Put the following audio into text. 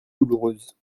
douloureuse